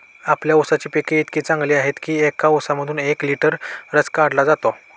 आपल्या ऊसाची पिके इतकी चांगली आहेत की एका ऊसामधून एक लिटर रस काढला जातो